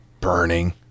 burning